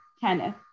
kenneth